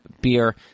beer